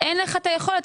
אין לך את היכולת.